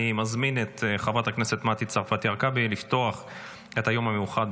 אני מזמין את חברת הכנסת מטי צרפתי הרכבי לפתוח את היום המיוחד.